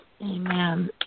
Amen